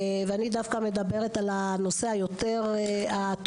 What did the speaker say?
אני דווקא מדברת על הנושא הטרומי,